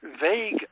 vague